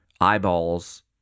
eyeballs